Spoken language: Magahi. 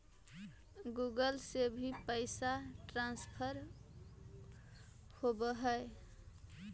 गुगल से भी पैसा ट्रांसफर होवहै?